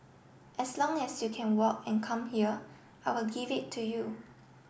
as long as you can walk and come here I will give it to you